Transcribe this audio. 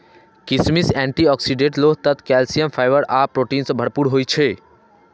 किशमिश antioxidant, लोह तत्व, कैल्सियम, फाइबर आ प्रोटीन सं भरपूर होइ छै